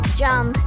jump